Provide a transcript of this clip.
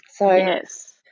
Yes